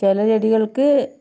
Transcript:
ചില ചെടികൾക്ക്